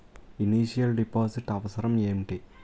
Initial deposit అవసరం ఏమిటి?